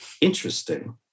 interesting